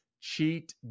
cheat